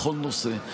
בכל נושא.